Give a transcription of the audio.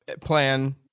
plan